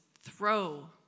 throw